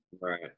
right